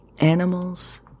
animals